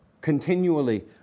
Continually